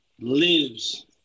lives